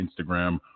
Instagram